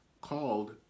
called